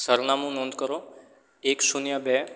સરનામું નોંધ કરો એક શૂન્ય બે